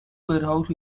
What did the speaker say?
warehouse